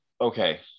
okay